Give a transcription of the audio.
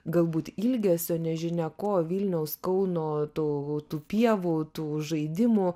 galbūt ilgesio nežinia ko vilniaus kauno tų tų pievų tų žaidimų